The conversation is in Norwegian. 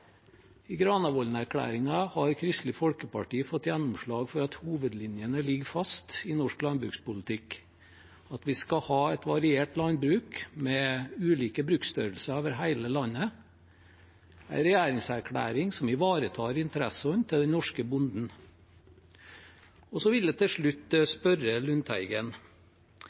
har Kristelig Folkeparti fått gjennomslag for at hovedlinjene ligger fast i norsk landbrukspolitikk, at vi skal ha et variert landbruk med ulike bruksstørrelser over hele landet – en regjeringserklæring som ivaretar interessene til den norske bonden. Så vil jeg til slutt stille et spørsmål til Lundteigen.